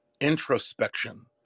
Introspection